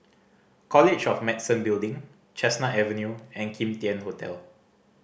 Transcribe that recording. College of Medicine Building Chestnut Avenue and Kim Tian Hotel